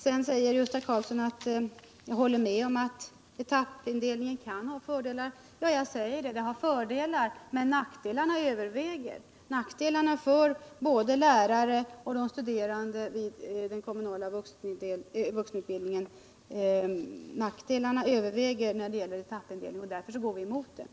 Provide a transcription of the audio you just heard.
Sedan säger Gösta Karlsson att jag håller med om att etappindelningen kan ha fördelar. Ja, jag säger att den har fördelar — men nackdelarna överväger för både lärare och de studerande vid den kommunala vuxenutbildningen. Därför går vi emot etappindelningen.